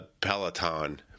Peloton